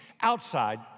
outside